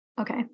Okay